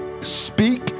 Speak